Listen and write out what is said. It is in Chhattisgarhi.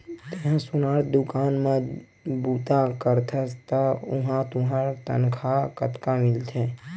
तेंहा सोनार दुकान म बूता करथस त उहां तुंहर तनखा कतका मिलथे?